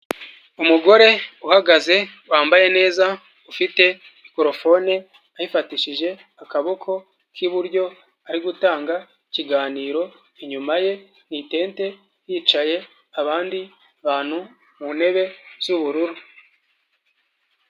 Umugore uhagaze wambaye neza ufite mikorofone ayifatishije akaboko k'iburyo ari gutanga ikiganiro, inyuma ye mu itente hicaye abandi bantu mu ntebe z'ubururu.